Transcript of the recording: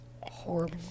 horrible